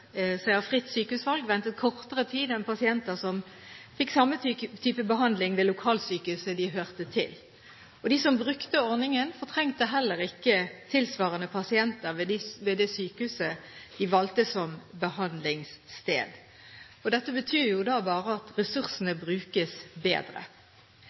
fritt sykehusvalg, ventet kortere tid enn pasienter som fikk samme type behandling ved lokalsykehuset som de hørte til. Og de som brukte ordningen, fortrengte heller ikke tilsvarende pasienter ved det sykehuset de valgte som behandlingssted. Dette betyr jo da bare at ressursene brukes bedre.